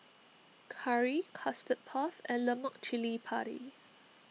Curry Custard Puff and Lemak Cili Padi